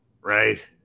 Right